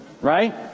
right